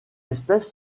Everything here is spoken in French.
espèce